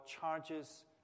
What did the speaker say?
charges